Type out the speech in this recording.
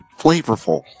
Flavorful